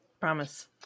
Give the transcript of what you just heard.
promise